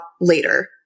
later